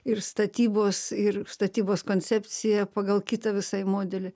ir statybos ir statybos koncepcija pagal kitą visai modelį